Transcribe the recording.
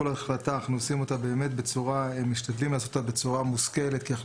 אנחנו משתדלים לעשות את זה בצורה מושכלת כי אנחנו